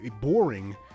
boring